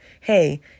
hey